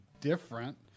different